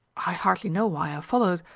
i hardly know why i followed,